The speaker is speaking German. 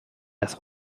dass